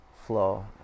Flow